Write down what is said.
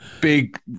big